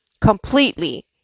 completely